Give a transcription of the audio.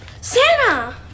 Santa